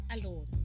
alone